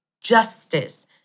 justice